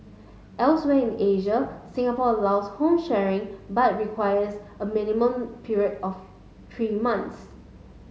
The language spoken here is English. elsewhere in Asia Singapore allows home sharing but requires a minimum period of tree months